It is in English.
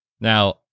Now